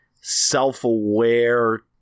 self-aware